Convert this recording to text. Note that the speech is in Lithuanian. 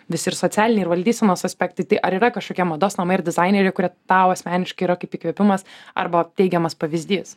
visi ir socialiniai ir valdysenos aspektai tai ar yra kažkokie mados namai ar dizaineriai kurie tau asmeniškai yra kaip įkvėpimas arba teigiamas pavyzdys